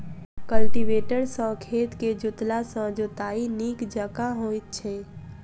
cultivator सॅ खेत के जोतला सॅ जोताइ नीक जकाँ होइत छै